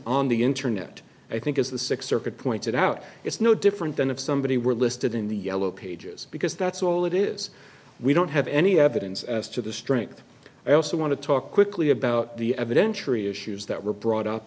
on the internet i think is the sixth circuit pointed out it's no different than if somebody were listed in the yellow pages because that's all it is we don't have any evidence as to the strength i also want to talk quickly about the evidentiary issues that were brought up